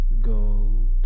gold